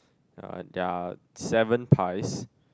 there are seven pies